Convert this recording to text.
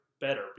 better